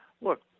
look